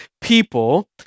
people